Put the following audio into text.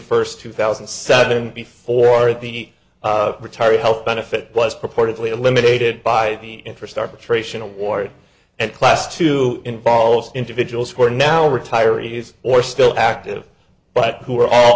first two thousand and seven before the retiree health benefit was purportedly eliminated by the interest arbitration award and class two involved individuals who are now retirees or still active but who are all